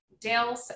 Dale